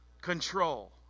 control